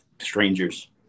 strangers